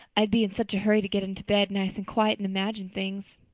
i'd be in such a hurry to get into bed nice and quiet and imagine things.